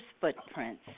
Footprints